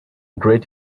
great